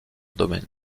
domaine